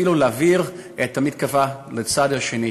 ואפילו להעביר את המתקפה לצד השני,